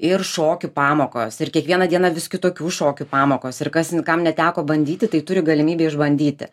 ir šokių pamokos ir kiekvieną dieną vis kitokių šokių pamokos ir kas kam neteko bandyti tai turi galimybę išbandyti